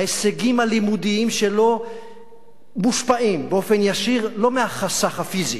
ההישגים הלימודיים שלו מושפעים באופן ישיר לא מהחסך הפיזי,